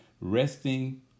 resting